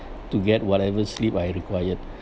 to get whatever sleep I required